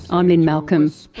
i'm lynne malcolm.